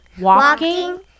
walking